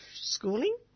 schooling